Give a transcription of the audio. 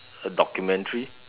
a documentary